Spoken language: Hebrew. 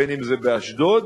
בעל-הבית שולח את העובדים,